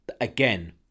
Again